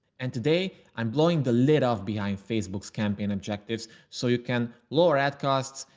and today i'm blowing the lid off behind facebook campean objectives so you can lower ad costs,